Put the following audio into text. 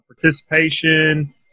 participation